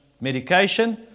medication